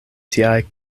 tiaj